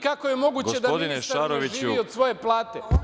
Kako je moguće da ministar ne živi od svoje plate?